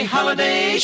Holiday